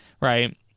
right